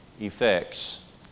effects